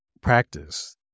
practice